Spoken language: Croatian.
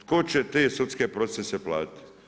Tko će te sudske procese platiti?